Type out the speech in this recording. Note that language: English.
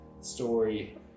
story